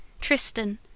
Tristan